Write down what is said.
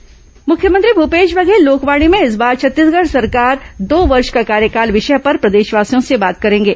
लोकवाणी मुख्यमंत्री भूपेश बघेल लोकवाणी में इस बार छत्तीसगढ़ सरकार दो वर्ष का कार्यकाल विषय पर प्रदेशवासियो से बात करेंगे